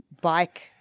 bike